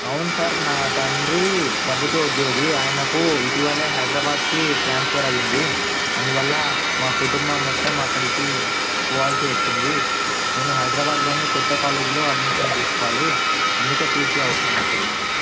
అవును సార్ నా తండ్రి ప్రభుత్వ ఉద్యోగి ఆయనకు ఇటీవలే హైదరాబాద్కి ట్రాన్స్ఫర్ అయ్యింది అందువల్ల మా కుటుంబం మొత్తం అక్కడికి పోవాల్సి వచ్చింది నేను హైదరాబాద్లోని కొత్త కాలేజీలో అడ్మిషన్ తీసుకోవాలి అందుకే టీ సీ అవసరం ఇప్పుడు మాకు